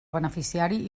beneficiari